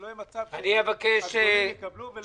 שלא יהיה מצב שהגדולים יקבלו ולקטנים אין כסף.